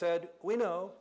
said we know